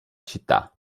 città